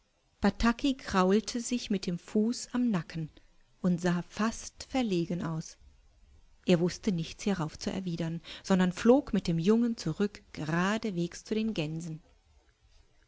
bataki kraute sich mit dem fuß im nacken und sah fast verlegen aus er wußte nichts hierauf zu erwidern sondern flog mit dem jungen zurück geradeswegszudengänsen xxxv daunenfein